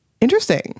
Interesting